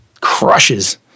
crushes